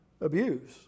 Abuse